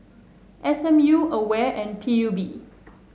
S M U Aware and P U B